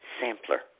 sampler